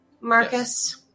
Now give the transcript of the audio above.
Marcus